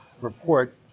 report